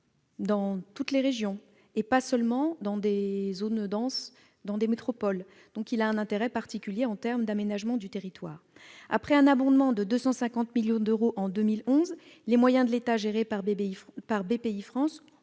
dans toutes les régions, et pas seulement dans des zones denses des métropoles. Ils ont donc un intérêt particulier en termes d'aménagement du territoire. Après un abondement de 250 millions d'euros en 2011, les moyens de l'État gérés par Bpifrance ont